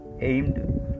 aimed